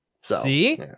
See